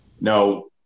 No